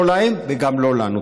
לא להם וגם לא לנו.